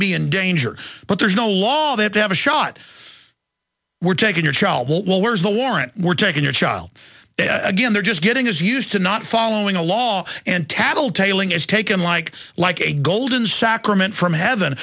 be in danger but there's no law that they have a shot we're taking your child will where's the warrant we're taking your child again they're just getting is used to not following a law and tattle tailing is taken like like a golden sacrament from heaven